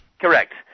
Correct